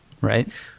Right